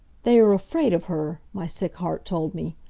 they are afraid of her! my sick heart told me.